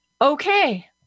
Okay